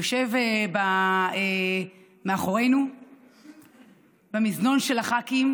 יושב מאחורינו במזנון של הח"כים,